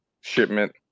shipment